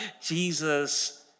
Jesus